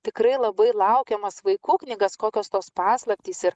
tikrai labai laukiamas vaikų knygas kokios tos paslaptys ir